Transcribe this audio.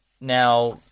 Now